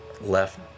left